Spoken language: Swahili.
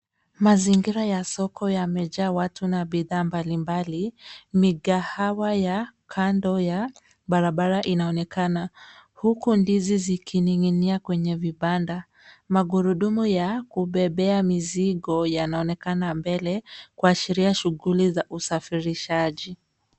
Mazingira ya soko yamejaa watu na bidhaa mbalimbali. Migahawa ya kando ya barabara inaonekana huku ndizi zikining'inia kwenye vibanda. Magurudumu ya kubebea mizigo yanaonekana mbele kuashiria shughuli za usafirishaji.